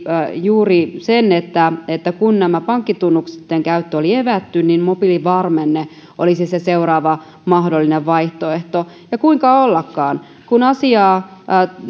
juuri sen että että kun tämä pankkitunnusten käyttö oli evätty niin mobiilivarmenne olisi se seuraava mahdollinen vaihtoehto ja kuinka ollakaan kun